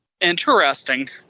Interesting